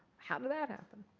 how did that happen?